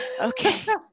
Okay